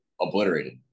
obliterated